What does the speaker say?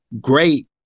great